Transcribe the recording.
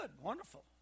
wonderful